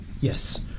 Yes